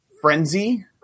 Frenzy